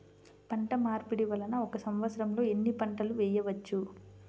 పంటమార్పిడి వలన ఒక్క సంవత్సరంలో ఎన్ని పంటలు వేయవచ్చు?